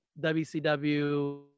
WCW